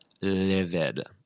livid